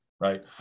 right